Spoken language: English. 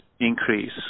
increase